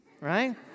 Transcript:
right